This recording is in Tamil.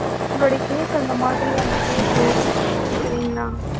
உங்களோடைய கேஸு அந்த மாதிரியான கேஸு சரிங்களா